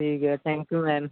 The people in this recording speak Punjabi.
ਠੀਕ ਹੈ ਥੈਂਕ ਯੂ ਮੈਮ